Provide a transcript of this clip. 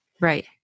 right